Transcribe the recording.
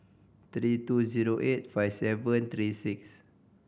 three two zero eight five seven three six